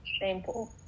Shameful